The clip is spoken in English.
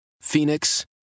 Phoenix